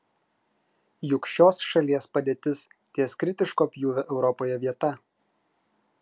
juk šios šalies padėtis ties kritiško pjūvio europoje vieta